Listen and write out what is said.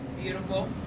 Beautiful